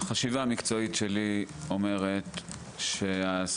החשיבה המקצועית שלי אומרת שהסכימה,